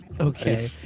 okay